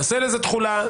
נעשה לזה תחולה.